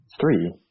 Three